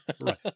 Right